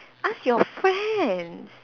ask your friends